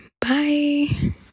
Bye